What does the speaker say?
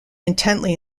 intently